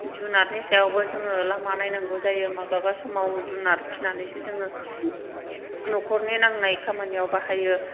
जुनादनि सायावबो जोङो लामा नायनांगौ जायो माब्लाबा समाव जुनाद फिनानैसो जोङो न'खरनि नांनाय खामानियाव बाहायो